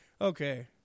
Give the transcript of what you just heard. okay